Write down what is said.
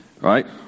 right